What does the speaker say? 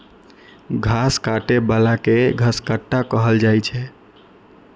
घास काटै बला कें घसकट्टा कहल जाइ छै